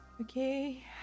Okay